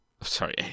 Sorry